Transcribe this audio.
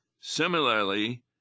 Similarly